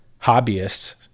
hobbyists